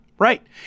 Right